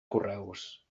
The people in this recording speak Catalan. correus